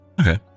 ...okay